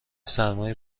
سرمای